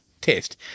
test